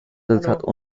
resultat